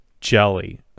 jelly